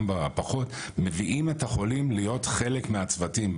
בפחות מביאים את החולים להיות חלק מהצוותים.